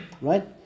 right